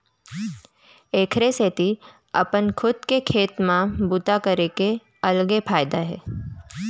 एखरे सेती अपन खुद के खेत म बूता करे के अलगे फायदा हे